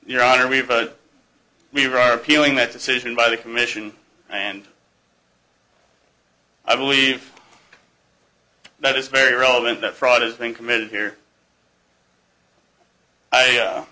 your honor we've heard the roar appealing that decision by the commission and i believe that is very relevant that fraud has been committed here i